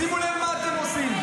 שימו לב מה אתם עושים.